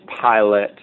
pilot